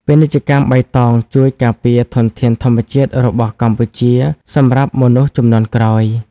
ពាណិជ្ជកម្មបៃតងជួយការពារធនធានធម្មជាតិរបស់កម្ពុជាសម្រាប់មនុស្សជំនាន់ក្រោយ។